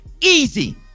easy